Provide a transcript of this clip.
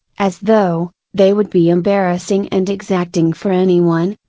as though, they would be embarrassing and exacting for anyone,